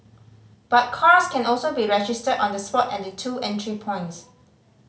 but cars can also be registered on the spot at the two entry points